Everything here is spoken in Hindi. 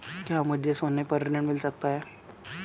क्या मुझे सोने पर ऋण मिल सकता है?